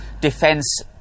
defense